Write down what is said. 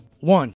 One